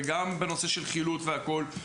וגם בנושא של חילוץ והכול.